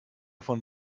von